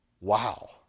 Wow